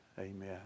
Amen